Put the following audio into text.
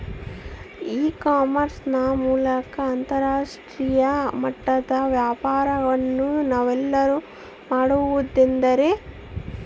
E commerce ನ ಮೂಲಕ ಅಂತರಾಷ್ಟ್ರೇಯ ಮಟ್ಟದ ವ್ಯಾಪಾರವನ್ನು ನಾವೆಲ್ಲರೂ ಮಾಡುವುದೆಂದರೆ?